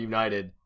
United